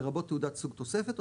לרבות תעודת סוג תוספת,